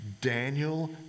Daniel